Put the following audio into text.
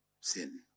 sin